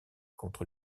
contre